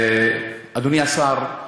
אדוני השר,